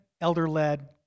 elder-led